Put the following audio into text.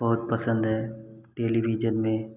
बहुत पसंद है टेलिविज़न में